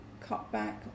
cutback